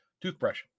toothbrush